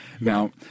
Now